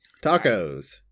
Tacos